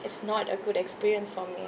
it's not a good experience for me